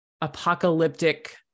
apocalyptic